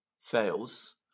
fails